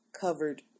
covered